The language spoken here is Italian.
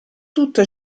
tutto